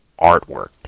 artwork